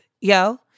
yo